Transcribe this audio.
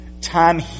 time